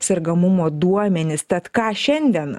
sergamumo duomenis tad ką šiandien